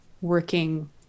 working